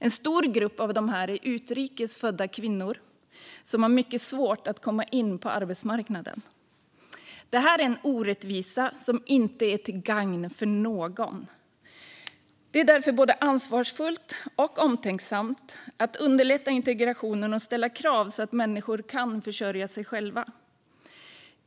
En stor grupp är utrikes födda kvinnor som har mycket svårt att komma in på arbetsmarknaden. Det är en orättvisa som inte är till gagn för någon. Det är därför både ansvarsfullt och omtänksamt att underlätta integrationen och ställa krav så att människor kan försörja sig själva.